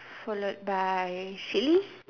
followed by silly